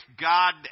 God